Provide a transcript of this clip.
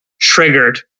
triggered